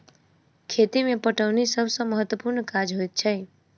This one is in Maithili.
खेती मे पटौनी सभ सॅ महत्त्वपूर्ण काज होइत छै